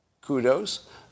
kudos